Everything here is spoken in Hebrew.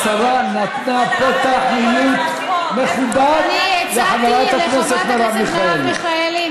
אני חושב שהשרה נתנה פתח מילוט מכובד לחברת הכנסת מרב מיכאלי.